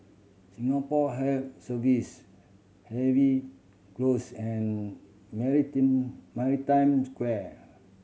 Singapore Health Service Harvey Close and Maritime Square